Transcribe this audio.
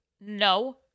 No